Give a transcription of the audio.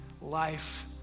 life